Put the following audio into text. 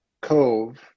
cove